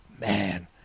man